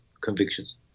convictions